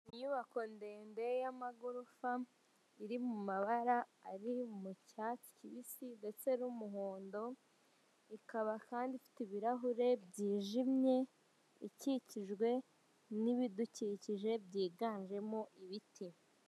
Inyubako ndende y'amagorofa iri mu mabara ari mu cyatsi kibisi ndetse n'umuhondo, ikaba kandi ifite ibirahure byijimye. Ikikijwe n'ibidukikije byiganjemo ibiti.